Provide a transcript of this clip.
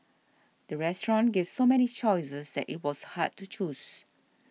the restaurant gave so many choices that it was hard to choose